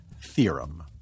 Theorem